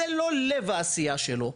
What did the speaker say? זה לא לב העשייה שלו.